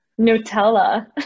Nutella